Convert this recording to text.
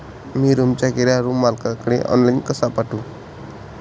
मी रूमचा किराया रूम मालकाले ऑनलाईन कसा पाठवू?